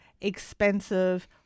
expensive